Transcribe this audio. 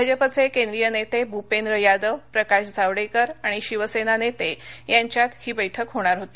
भाजपचे केंद्रीय नेते भूपेंद्र यादव प्रकाश जावडेकर आणि शिवसेना नेते यांच्यात ही बैठक होणार होती